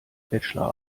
bachelor